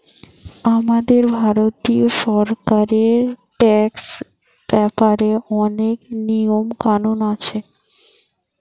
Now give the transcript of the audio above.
আমাদের ভারতীয় সরকারের ট্যাক্স ব্যাপারে অনেক নিয়ম কানুন আছে